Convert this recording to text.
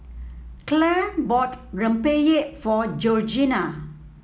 Clair bought rempeyek for Georgiana